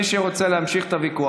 מי שרוצה להמשיך את הוויכוח,